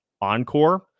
encore